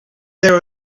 there